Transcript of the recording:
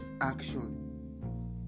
action